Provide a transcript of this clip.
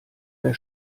der